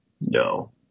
No